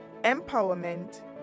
empowerment